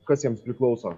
kas jiems priklauso